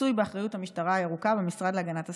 מצוי באחריות המשטרה הירוקה והמשרד להגנת הסביבה.